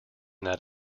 that